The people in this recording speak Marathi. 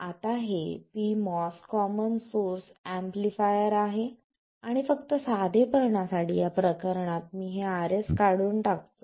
आता हे pMOS कॉमन सोर्स एम्पलीफायर आहे आणि फक्त साधेपणासाठी या प्रकरणात मी हे Rs काढून टाकतो